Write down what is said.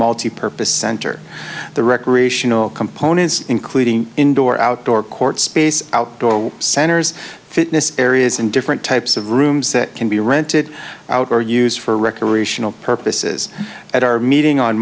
multipurpose center the recreational components including indoor outdoor court space outdoor center's fitness areas and different types of rooms that can be rented out or used for recreational purposes at our meeting on